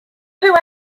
who